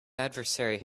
adversary